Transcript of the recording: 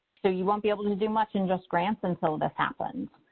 so you won't be able to do much in justgrants until this happens.